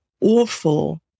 awful